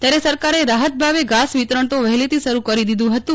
ત્યારે સરકારે રાહતભાવે ઘાસ વિતરણ તો વહેલેથી શરૂ કરી દીધું હતું